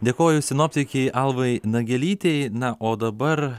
dėkoju sinoptikė alvai nagelytei na o dabar